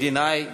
מדינאי,